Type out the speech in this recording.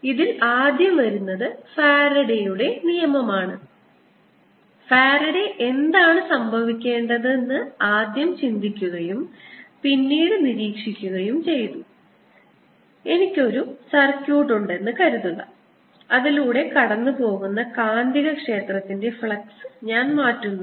അതിനാൽ ഇതിൽ ആദ്യം വരുന്നത് ഫാരഡെയുടെ നിയമമാണ് ഫാരഡെ എന്താണ് സംഭവിക്കേണ്ടതെന്ന് ആദ്യം ചിന്തിക്കുകയും പിന്നീട് നിരീക്ഷിക്കുകയും ചെയ്തു എനിക്ക് ഒരു സർക്യൂട്ട് ഉണ്ടെന്ന് കരുതുക അതിലൂടെ കടന്നുപോകുന്ന കാന്തികക്ഷേത്രത്തിന്റെ ഫ്ലക്സ് ഞാൻ മാറ്റുന്നു